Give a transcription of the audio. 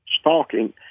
stalking